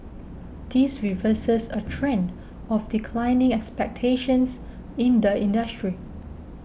this reverses a trend of declining expectations in the industry